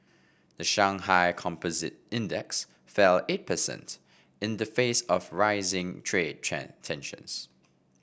the Shanghai Composite Index fell eight percent in the face of rising trade tensions